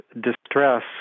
distress